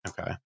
okay